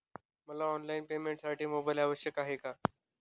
मला ऑनलाईन पेमेंटसाठी मोबाईल आवश्यक आहे का?